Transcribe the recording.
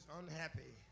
unhappy